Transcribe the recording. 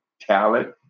Talent